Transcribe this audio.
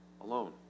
alone